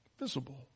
visible